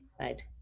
right